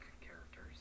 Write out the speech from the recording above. characters